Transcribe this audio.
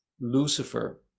Lucifer